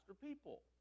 people